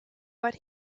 but